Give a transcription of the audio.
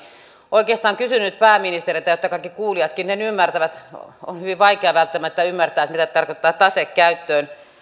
oikeastaan kysyn nyt pääministeriltä että kaikki kuulijatkin sen ymmärtävät on hyvin vaikea välttämättä ymmärtää mitä tarkoittaa tase käyttöön